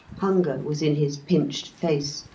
hunger was in his pinched face,